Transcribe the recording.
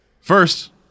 first